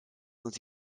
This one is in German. uns